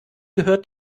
gehört